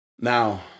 Now